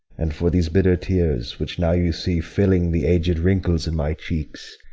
and for these bitter tears, which now you see filling the aged wrinkles in my cheeks,